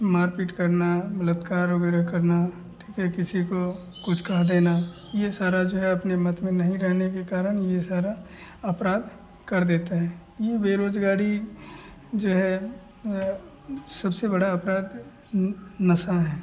मार पीट करना बलत्कार वग़ैरह करना ठीक है किसी को कुछ कह देना ये सारा जो है अपने मत में नहीं रहने के कारण ये सारे अपराध कर देते हैं यह बेरोज़गारी जो है सबसे बड़ा अपराध नशा है